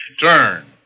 Turn